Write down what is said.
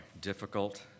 difficult